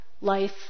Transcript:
life